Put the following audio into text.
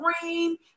green